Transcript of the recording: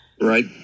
right